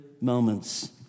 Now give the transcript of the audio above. moments